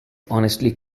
honestly